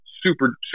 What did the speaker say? super